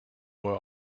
boy